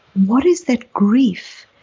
what is that grief?